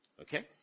Okay